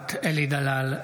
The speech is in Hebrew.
נוכחת אלי דלל,